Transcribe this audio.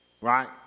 right